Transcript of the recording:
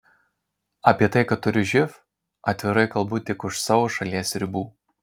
apie tai kad turiu živ atvirai kalbu tik už savo šalies ribų